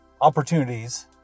opportunities